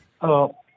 Hello